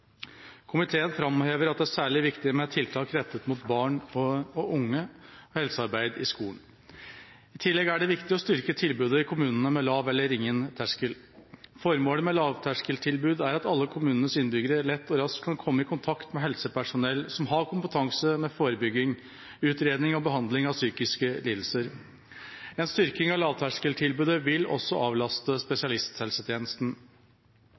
Komiteen framhever at det er særlig viktig med tiltak rettet mot barn og unge og helsearbeid i skolen. I tillegg er det viktig å styrke tilbud i kommunene med lav eller ingen terskel. Formålet med lavterskeltilbud er at alle kommunens innbyggere lett og raskt kan komme i kontakt med helsepersonell som har kompetanse på forebygging, utredning og behandling av psykiske lidelser. En styrking av lavterskeltilbudet vil også avlaste